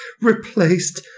Replaced